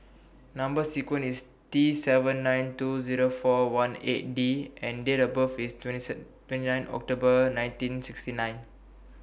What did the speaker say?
Number sequence IS T seven nine two Zero four one eight D and Date of birth IS twenty sad twenty nine October nineteen sixty nine